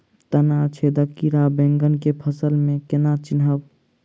तना छेदक कीड़ा बैंगन केँ फसल म केना चिनहब?